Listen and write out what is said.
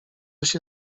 się